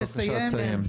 בבקשה לסיים,